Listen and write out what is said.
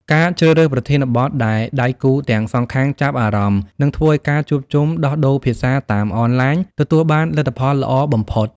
ការជ្រើសរើសប្រធានបទដែលដៃគូទាំងសងខាងចាប់អារម្មណ៍ នឹងធ្វើឱ្យការជួបជុំដោះដូរភាសាតាមអនឡាញទទួលបានលទ្ធផលល្អបំផុត។